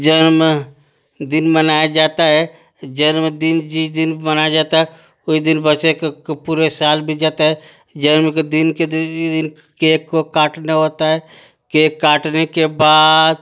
जन्मदिन मनाया जाता है जन्मदिन जिस दिन मनाया जाता है उस दिन बच्चे को को पूरे साल बीत जाता है जन्म के दिन के दिन केक को काटने होता है केक काटने के बाद